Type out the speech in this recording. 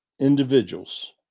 individuals